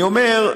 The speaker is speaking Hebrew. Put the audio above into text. אני אומר,